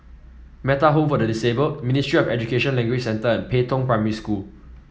Metta Home for the Disabled Ministry of Education Language Centre and Pei Tong Primary School